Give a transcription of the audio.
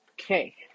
Okay